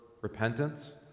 repentance